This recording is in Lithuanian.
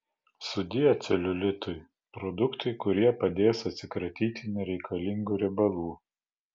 sudie celiulitui produktai kurie padės atsikratyti nereikalingų riebalų